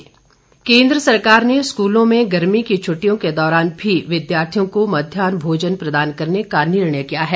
पोखरियाल सुरेश भारद्वाज केन्द्र सरकार ने स्कूलों में गर्मी की छ्ट्टियों के दौरान भी विद्यार्थियों को मध्यान्न भोजन प्रदान करने का निर्णय किया है